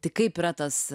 tai kaip yra tas